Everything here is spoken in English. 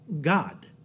God